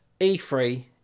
e3